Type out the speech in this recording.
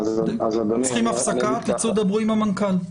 אתם צריכים הפסקה, תצאו דברו עם המנכ"ל.